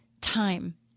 time